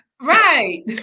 Right